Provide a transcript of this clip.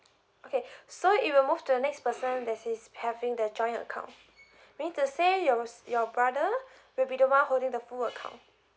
okay so it will move to the next person that is having the joint account meaning to say yours your brother will be the one holding the full account